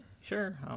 sure